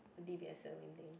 d_b_s sailing thing